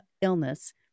illness